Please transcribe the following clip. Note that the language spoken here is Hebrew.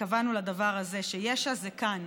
התכוונו לדבר הזה שיש"ע זה כאן.